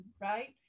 right